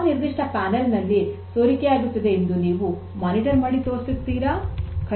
ಯಾವ ನಿರ್ದಿಷ್ಟ ಪ್ಯಾನೆಲ್ ನಲ್ಲಿ ಸೋರಿಕೆಯಾಗುತ್ತಿದೆ ಎಂದು ನೀವು ಮೇಲ್ವಿಚಾರಣೆ ಮಾಡಿ ತೋರಿಸಬಲ್ಲಿರಾ